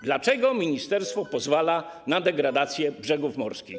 Dlaczego ministerstwo pozwala na degradację brzegów morskich?